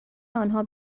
آنها